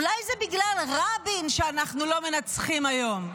אולי זה בגלל רבין, שאנחנו לא מנצחים היום.